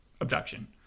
abduction